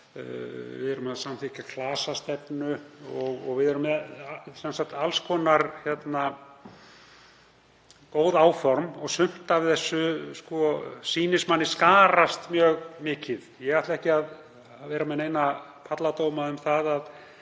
Við erum að samþykkja klasastefnu og við erum með alls konar góð áform og sumt af því sýnist manni skarast mjög mikið. Ég ætla ekki að vera með neina palladóma um að